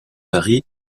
vari